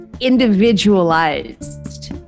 individualized